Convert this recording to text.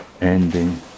ending